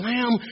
Lamb